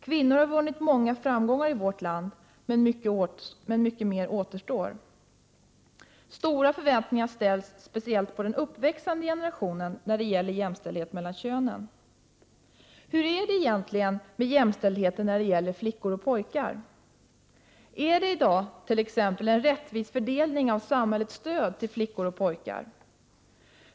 Kvinnor har vunnit många framgångar i vårt land, men mycket mer återstår. Stora förväntningar ställs, speciellt på den uppväxande generationen, när det gäller jämställdhet mellan könen. Hur är det egentligen med jämställdheten mellan flickor och pojkar? Är dett.ex. i dag en rättvis fördelning av samhällets stöd till flickor och pojkar?